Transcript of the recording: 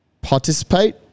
participate